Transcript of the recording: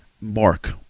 mark